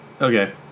okay